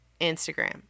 Instagram